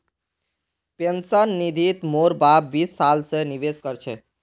pension निधित मोर बाप बीस साल स निवेश कर छ